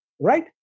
right